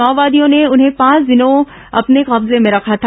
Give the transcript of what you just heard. माओवादियों ने उन्हें पांच दिनों तक अपने कब्जे में रखा था